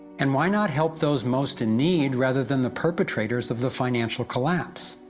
and why not help those most in need, rather than the perpetrators of the financial collapse?